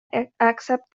accept